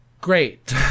great